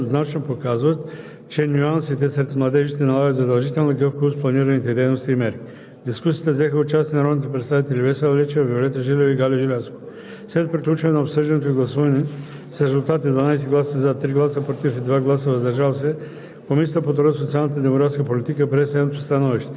Това предполага ясен анализ и дефиниране на ясно постижими цели спрямо всяка една от определените групи, които влизат в общата съвкупност като млади. Данните еднозначно показват, че нюансите сред младежите налагат задължителна гъвкавост в планираните дейности и мерки. В дискусията взеха участие народните представители Весела Лечева, Виолета Желева и Галя Желязкова.